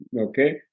Okay